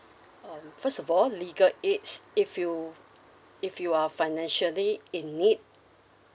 um first of all legal aids if you if you are financially in need